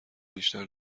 بیشتر